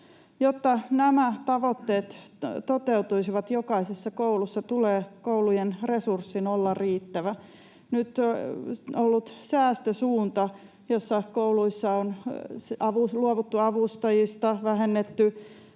Jotta nämä tavoitteet toteutuisivat jokaisessa koulussa, tulee koulujen resurssin olla riittävä. Nyt ollut säästösuunta — jossa kouluissa on luovuttu avustajista, vähennetty